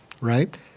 right